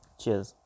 cheers